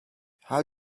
how